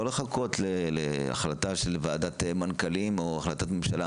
לא לחכות להחלטה של ועדת מנכ"לים או החלטת ממשלה